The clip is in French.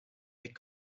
est